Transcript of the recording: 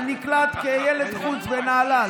ונקלט כילד חוץ בנהלל,